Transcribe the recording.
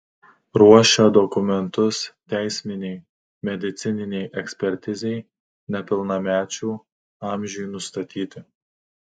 ruošia dokumentus teisminei medicininei ekspertizei nepilnamečių amžiui nustatyti